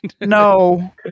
No